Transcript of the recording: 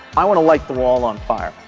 i wanna light the wall on fire.